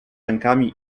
rękami